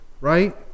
Right